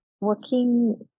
working